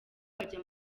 bajya